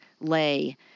lay